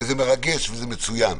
וזה מרגש וזה מצוין,